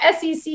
SEC